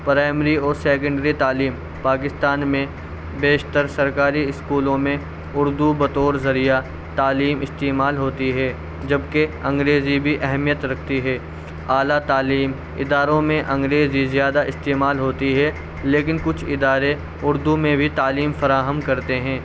primary اور secondary تعلیم پاکستان میں بیشتر سرکاری اسکولوں میں اردو بطور ذریعہ تعلیم استعمال ہوتی ہے جب کہ انگریزی بھی اہمیت رکھتی ہے اعلیٰ تعلیم اداروں میں انگریزی زیادہ استعمال ہوتی ہے لیکن کچھ ادارے اردو میں بھی تعلیم فراہم کرتے ہیں